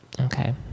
Okay